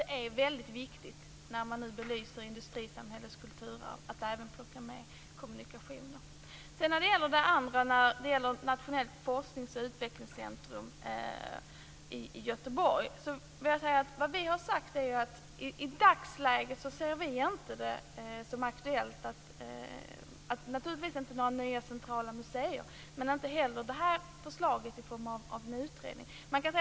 Det är väldigt viktigt när man nu belyser industrisamhällets kulturarv att även ta med kommunikationer. När det gäller ett nationellt forsknings och utvecklingscentrum i Göteborg har vi sagt att vi i dagsläget inte ser det som aktuellt. Det är naturligtvis inte fråga om några nya centrala museer, men inte heller det här förslaget om en utredning.